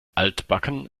altbacken